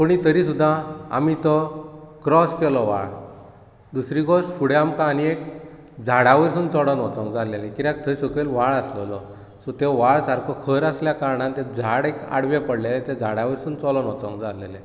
पूण तरी सुद्दां आमी तो क्राॅस केलो व्हाळ दुसरी गोश्ट फुडें आमकां आनी एक झाडावयरसून चोडोन वचूंक जाय आसलें किद्याक थंय सकयल व्हाळ आसलेलो सो ते व्हाळ सारको खर आसल्या कारणान तें झाड एक आडवें पडलेलें ते झाडावयरसून चोलोन वचोंक जाय आसलेलें